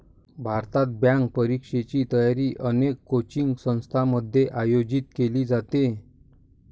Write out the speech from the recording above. भारतात, बँक परीक्षेची तयारी अनेक कोचिंग संस्थांमध्ये आयोजित केली जाते